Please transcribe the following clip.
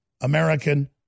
American